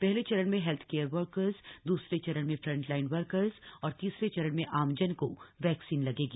पहले चरण में हेल्थ केयर वर्कर्स दूसरे चरण में फ्रंटलाइन वर्कर्स और तीसरे चरण में आमजन को वैक्सीन लगेगी